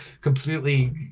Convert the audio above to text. completely